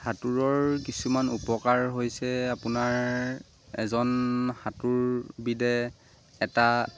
সাঁতোৰৰ কিছুমান উপকাৰ হৈছে আপোনাৰ এজন সাঁতোৰবিদে এটা